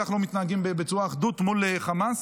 כך לא מתנגדים באחדות מול חמאס.